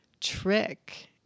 trick